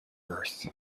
earth